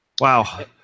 Wow